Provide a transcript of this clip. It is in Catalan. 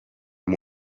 amb